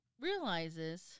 realizes